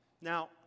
Now